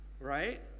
right